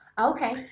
Okay